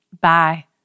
bye